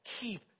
keep